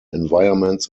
environments